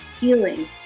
healing